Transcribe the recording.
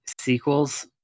sequels